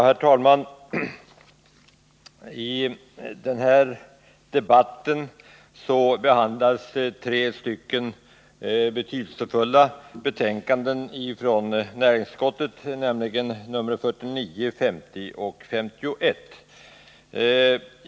Herr talman! I den här debatten behandlas tre betydelsefulla betänkanden från näringsutskottet, nämligen nr 49, 50 och 51.